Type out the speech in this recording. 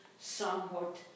somewhat